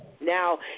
Now